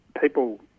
people